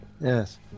Yes